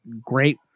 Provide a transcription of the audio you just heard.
great